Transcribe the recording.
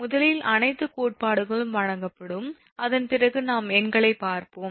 முதலில் அனைத்து கோட்பாடுகளும் வழங்கப்படும் அதன் பிறகு நாம் எண்களைப் பார்ப்போம்